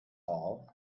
all